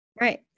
Right